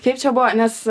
kaip čia buvo nes